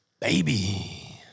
Baby